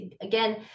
again